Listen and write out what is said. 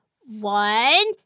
One